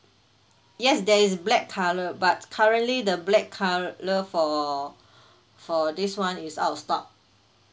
yes there is black colour but currently the black colour for for this [one] is out of stock